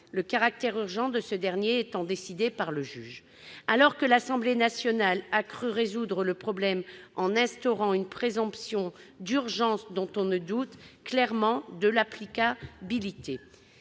le caractère d'urgence de ce dernier étant déterminé par le juge. L'Assemblée nationale a cru résoudre le problème en instaurant une présomption d'urgence, mais nous doutons clairement de son applicabilité.